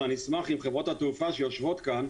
אני אשמח אם חברות התעופה שיושבות כאן,